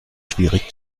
schwierig